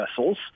vessels